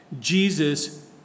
Jesus